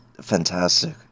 fantastic